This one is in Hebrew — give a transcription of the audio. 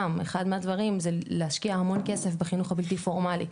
גם אחד מהדברים זה להשקיע המון כסף בחינוך הבלתי פורמלי.